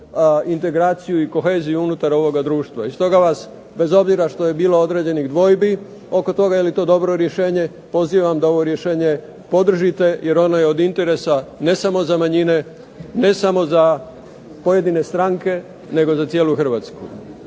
integraciju i koheziju unutar ovoga društva. I stoga vas, bez obzira što je bilo određenih dvojbi oko toga je li to dobro rješenje pozivam da ovo rješenje podržite jer ono je od interesa ne samo za manjine, ne samo za pojedine stranke nego za cijelu Hrvatsku.